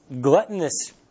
gluttonous